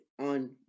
on